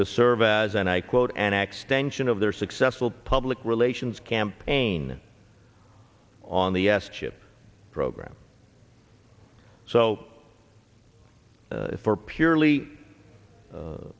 to services and i quote an extension of their successful public relations campaign on the s chip program so for purely